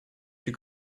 your